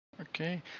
Okay